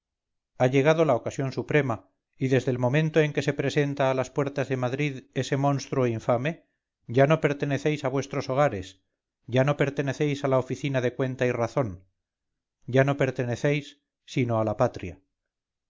ha llegado la ocasión suprema y desde el momento en que se presenta a las puertas de madrid ese monstruo infame ya no pertenecéis a vuestros hogares ya no pertenecéis a la oficina de cuenta y razón ya no pertenecéis sino a la patria